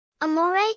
Amore